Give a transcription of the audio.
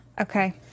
Okay